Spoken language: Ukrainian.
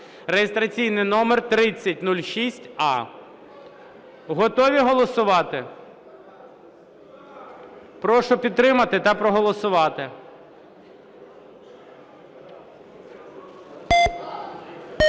(реєстраційний номер 3006а). Готові голосувати? Прошу підтримати та проголосувати.